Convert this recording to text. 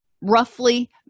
roughly